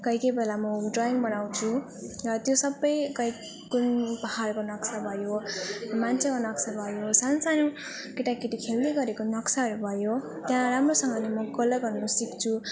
कोही कोही बेला म ड्रइङ बनाउँछु र त्यो सबै कै कुन पाहाडको नक्सा भयो मान्छेको नक्सा भयो सान सानो केटाकेटी खेल्ने गरेको नक्साहरू भयो त्यहाँ राम्रोसँगले म कलर गर्नु सिक्छु